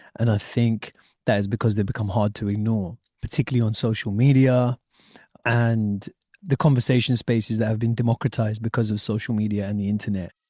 and i think that's because they become hard to ignore particularly on social media and the conversation spaces that have been democratised because of social media and the internet